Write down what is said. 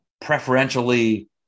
preferentially